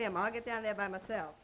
and i get down there by myself